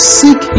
seek